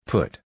Put